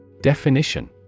Definition